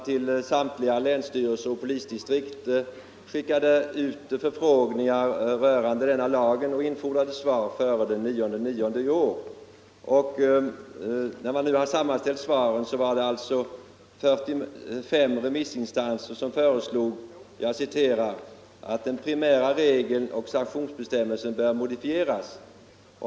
Sedan svaren nu ställts samman har det visat sig att 45 remiss Torsdagen den instanser har föreslagit att ”den primära regeln och sanktionsbestäm 5 december 1974 melsen bör modifieras”.